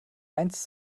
eins